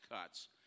cuts